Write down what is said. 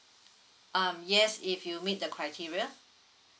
um yes if you meet the criteria